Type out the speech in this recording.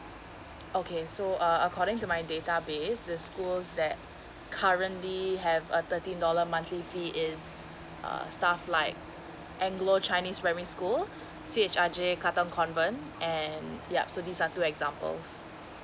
okay so uh according to my database the schools that currently have a thirteen dollar monthly fee is uh stuff like anglo chinese primary school C_H_I_J katong convent and yup so these are two examples